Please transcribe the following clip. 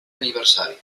aniversari